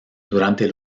durante